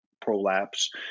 prolapse